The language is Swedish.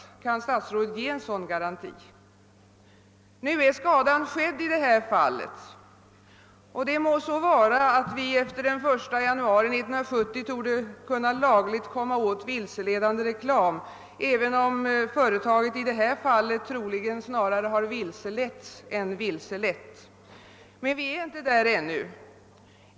Kan statsrådet ge en sådan garanti? Nu är skadan skedd i det här fallet, och det må-så vara att vi efter den 1 januari 1971 torde kunna lagligt komma åt vilseledande reklam även om företaget i det här fallet troligen snarare har vilseletts än vilselett — men vi är inte där ännu.